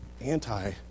anti